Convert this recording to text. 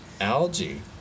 Algae